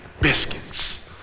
Biscuits